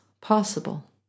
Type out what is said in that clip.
possible